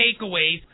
takeaways